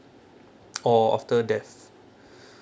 or after death